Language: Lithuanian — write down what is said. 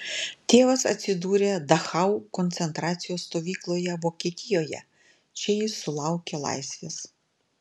tėvas atsidūrė dachau koncentracijos stovykloje vokietijoje čia jis sulaukė laisvės